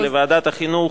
את זה לוועדת החינוך,